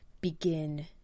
begin